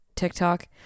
TikTok